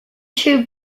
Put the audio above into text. two